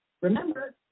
Remember